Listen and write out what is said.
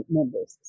members